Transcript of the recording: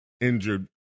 injured